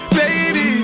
baby